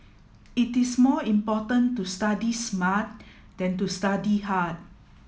it is more important to study smart than to study hard